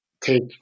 take